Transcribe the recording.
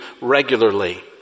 regularly